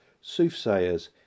soothsayers